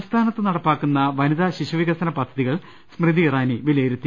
സംസ്ഥാനത്ത് നടപ്പാക്കുന്ന വനിതാ ശിശുവികസന പദ്ധതികൾ കേന്ദ്രമന്ത്രി സ്മൃതി ഇറാനി വിലയിരുത്തി